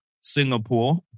Singapore